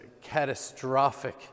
catastrophic